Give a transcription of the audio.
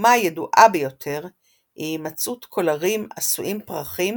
הדוגמה הידועה ביותר היא הימצאות קולרים עשויים פרחים